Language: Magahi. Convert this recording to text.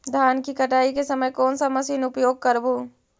धान की कटाई के समय कोन सा मशीन उपयोग करबू?